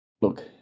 Look